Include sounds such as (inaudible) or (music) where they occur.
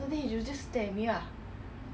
(laughs)